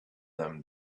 them